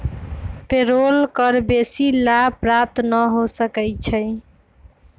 payroll कर बेशी लाभ प्राप्त न हो सकै छइ